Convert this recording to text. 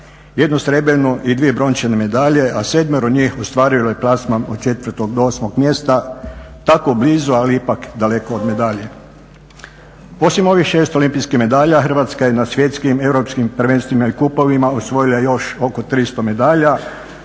1 srebrnu i 2 brončane medalje, a sedmero njih ostvarilo je plasman od 4. do 8. mjesta, tako blizu, ali ipak daleko od medalje. Osim ovih 6 olimpijskih medalja, Hrvatska je na svjetskim, europskim prvenstvima i kupovima osvojila još oko 300 medalja